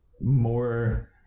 more